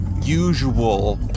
usual